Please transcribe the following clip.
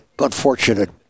unfortunate